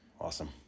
Awesome